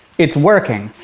it's working.